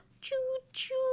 choo-choo